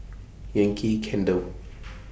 Yankee Candle